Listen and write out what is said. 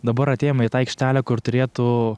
dabar atėjome į aikštelę kur turėtų